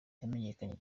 yamenyekanye